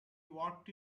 worked